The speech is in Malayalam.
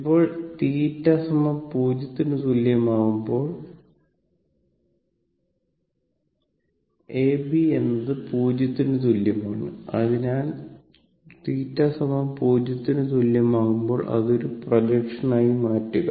ഇപ്പോൾ θ0 ന് തുല്യമാകുമ്പോൾ A B എന്നത് 0 ന് തുല്യമാണ് അതിനാൽ θ0 ന് തുല്യമാകുമ്പോൾ അത് ഒരു പ്രൊജക്ഷൻ ആക്കി മാറ്റുക